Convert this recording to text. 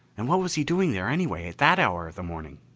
and what was he doing there, anyway, at that hour of the morning?